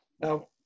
Now